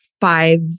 five